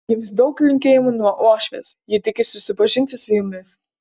jums daug linkėjimų nuo uošvės ji tikisi susipažinti su jumis